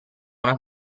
una